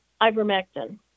ivermectin